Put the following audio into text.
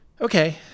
okay